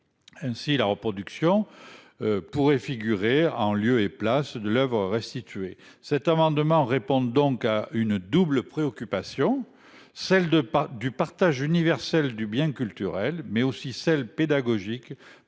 Ainsi la reproduction. Pourrait figurer en lieu et place de l'Oeuvre restituer cet amendement répondent donc à une double préoccupation, celle de pas du partage universel du bien culturel mais aussi celles pédagogique